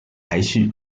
排序